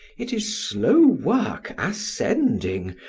it is slow work ascending,